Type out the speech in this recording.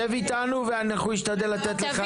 שב איתנו ואנחנו נשתדל לתת לך להתבטא.